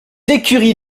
écuries